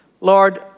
Lord